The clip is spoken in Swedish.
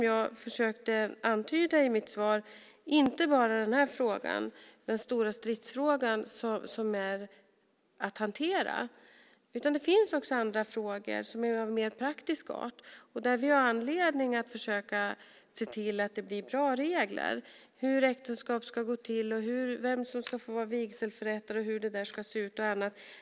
Jag försökte antyda i mitt svar att det inte är bara den här frågan, den stora stridsfrågan, som finns att hantera. Det finns också andra frågor som är av mer praktisk art där vi har anledning att försöka se till att det blir bra regler. Det gäller hur äktenskap ska ingås, vem som ska få vara vigselförrättare och annat.